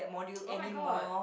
oh-my-god